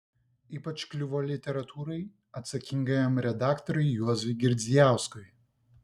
ypač kliuvo literatūrai atsakingajam redaktoriui juozui girdzijauskui